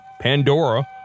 Pandora